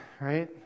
right